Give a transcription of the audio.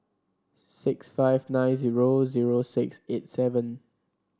six five nine zero zero six eight seven